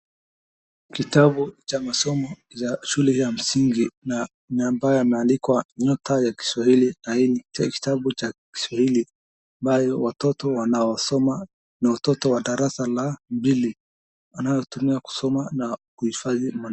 Kitabu cha masomo ya shule ya msingi na ni ambayo imeandikwa "nyota ya kiswahili" na hii ni kitabu cha kiswahili ambayo watoto wanao soma ni watoto wa darasa la mbili wanaotumia kusoma na kuifadhi.